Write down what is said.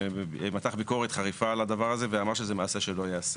מתח ביקורת חריפה לעניין הזה ואמר שזה מעשה שלא ייעשה.